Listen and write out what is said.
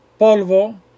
polvo